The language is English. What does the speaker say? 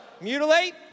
Mutilate